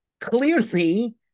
Clearly